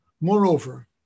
Moreover